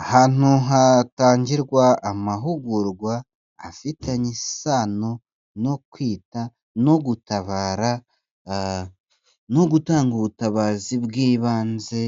Ahantu hatangirwa amahugurwa afitanye isano no kwita no gutabara no gutanga ubutabazi bw'ibanze